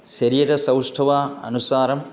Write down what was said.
शरीरसौष्टव अनुसारं